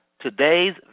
Today's